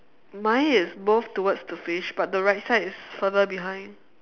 mine is both towards the fish but the right side is further behind